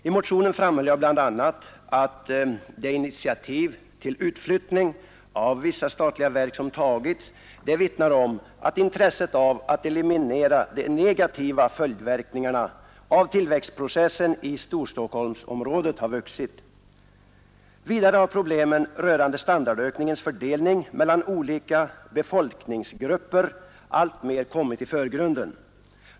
I motionen framhöll jag bl.a. att det initiativ som tagits till utflyttning av vissa statliga verk vittnar om att intresset för att eliminera de negativa följdverkningarna av tillväxtprocessen i Storstockholmsområdet har vuxit. Vidare har problemen rörande standardökningens fördelning mellan olika befolkningsgrupper alltmer kommit i förgrunden.